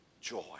Joy